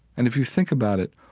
and if you think about it,